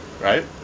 right